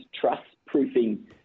trust-proofing